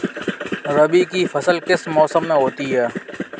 रबी की फसल किस मौसम में होती है?